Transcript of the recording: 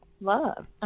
love